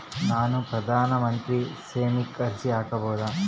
ನಾನು ಪ್ರಧಾನ ಮಂತ್ರಿ ಸ್ಕೇಮಿಗೆ ಅರ್ಜಿ ಹಾಕಬಹುದಾ?